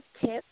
tips